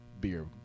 beer